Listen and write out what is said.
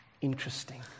interesting